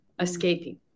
escaping